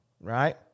right